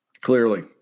Clearly